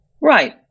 right